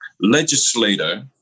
legislator